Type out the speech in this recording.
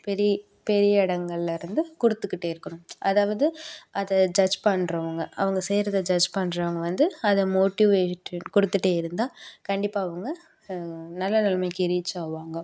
பெரிய இடங்கள்லேருந்து கொடுத்துக்கிட்டே இருக்கணும் அதாவது அதை ஜட்ஜ் பண்ணுறவங்க அவங்க செய்கிறத ஜட்ஜ் பண்ணுறவங்க வந்து அதை மோட்டிவேட் கொடுத்துட்டே இருந்தால் கண்டிப்பாக அவங்க நல்ல நிலைமைக்கு ரீச் ஆவாங்க